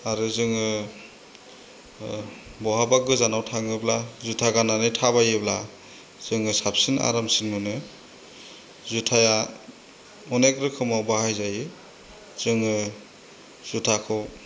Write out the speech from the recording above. आरो जोङो बहाबा गोजानाव थाङोब्ला जुथा गाननानै थाबायोब्ला जोङो साबसिन आरामसिन मोनो जुथाया अनेक रोखोमाव बाहायजायो जोङो जुथाखौ